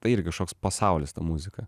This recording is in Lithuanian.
tai irgi kažkoks pasaulis ta muzika